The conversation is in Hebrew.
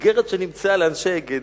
איגרת שנמצאה לאנשי עין-גדי.